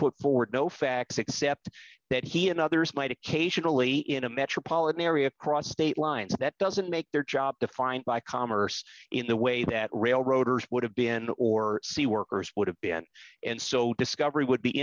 put forward no facts except that he and others might occasionally in a metropolitan area cross state lines that doesn't make their job defined by commerce in the way that railroaders would have been or c workers would have been and so discovery would be